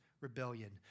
rebellion